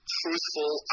truthful